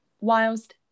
whilst